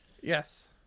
Yes